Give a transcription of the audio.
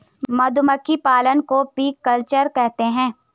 मधुमक्खी पालन को एपीकल्चर कहते है